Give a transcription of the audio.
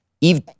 Eve